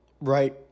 right